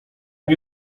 nie